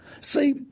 See